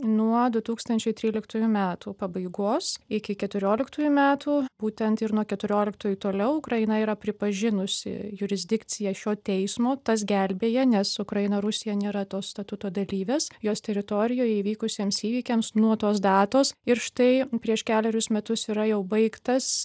nuo du tūkstančiai tryliktųjų metų pabaigos iki keturioliktųjų metų būtent ir nuo keturioliktųjų toliau ukraina yra pripažinusi jurisdikciją šio teismo tas gelbėja nes ukraina rusija nėra to statuto dalyvės jos teritorijoje įvykusiems įvykiams nuo tos datos ir štai prieš kelerius metus yra jau baigtas